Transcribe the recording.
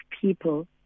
people